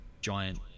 giant